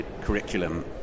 curriculum